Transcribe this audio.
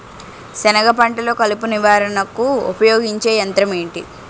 సెనగ పంటలో కలుపు నివారణకు ఉపయోగించే యంత్రం ఏంటి?